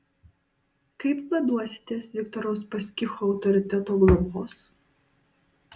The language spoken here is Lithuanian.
kaip vaduositės viktoro uspaskicho autoriteto globos